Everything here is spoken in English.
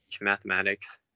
mathematics